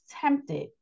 tempted